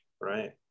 right